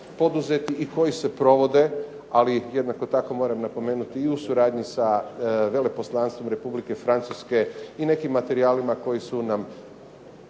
poduzeti i koji se provode, ali jednako tako moram napomenuti i u suradnji sa Veleposlanstvom Republike Francuske i nekim materijalima koji su nam